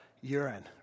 urine